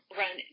run